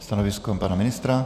Stanovisko pana ministra?